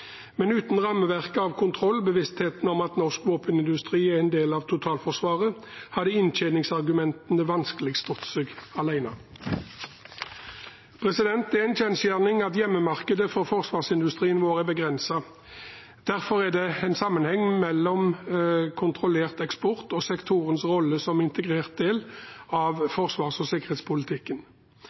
Men uten rammeverket av kontroll og bevisstheten om at norsk våpenindustri er en del av totalforsvaret, hadde inntjeningsargumentene vanskelig stått seg. Det er en kjensgjerning at hjemmemarkedet for forsvarsindustrien vår er begrenset. Derfor er det en sammenheng mellom kontrollert eksport og sektorens rolle som en integrert del av forsvars- og sikkerhetspolitikken.